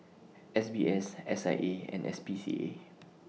S B S S I A and S P C A